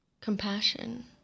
compassion